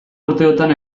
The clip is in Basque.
urteotan